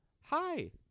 Hi